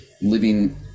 living